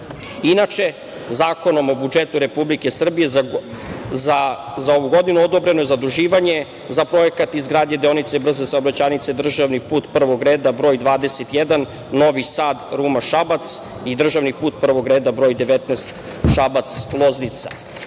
metra. Inače, zakonom o budžetu Republike Srbije za ovu godinu je odobreno zaduživanje za projekat izgradnje deonice brze saobraćajnice državni put prvog reda, broj 21, Novi Sad-Ruma-Šabac i državni put prvog reda broj 19, Šabac-Loznica.